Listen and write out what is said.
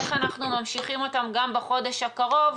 איך אנחנו ממשיכים אותם גם בחודש הקרוב,